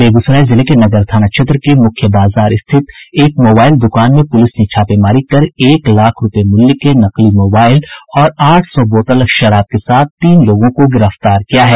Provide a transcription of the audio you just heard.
बेगूसराय जिले के नगर थाना क्षेत्र के मुख्य बाजार स्थित एक मोबाईल दुकान में पुलिस ने छापेमारी कर एक लाख रूपये मूल्य के नकली मोबाईल और आठ सौ बोतल शराब के साथ मौके से तीन लोगों को गिरफ्तार किया है